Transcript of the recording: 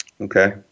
Okay